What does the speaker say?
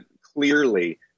clearly